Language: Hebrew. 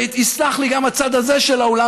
ויסלח לי גם הצד הזה של האולם,